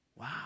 Wow